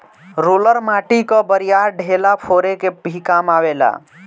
roller माटी कअ बड़ियार ढेला फोरे के भी काम आवेला